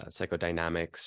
psychodynamics